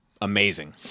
amazing